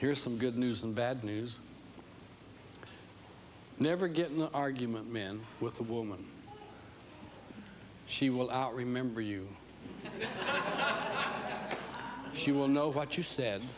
here's some good news and bad news never get an argument man with a woman she will remember you she will know what you said